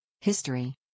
History